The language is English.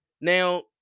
Now